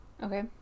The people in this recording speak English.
Okay